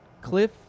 Cliff